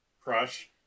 crush